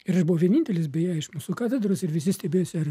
ir aš buvau vienintelis beje iš mūsų katedros ir visi stebėjosi ar